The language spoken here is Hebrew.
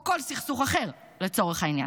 או בכל סכסוך אחר, לצורך העניין.